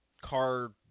car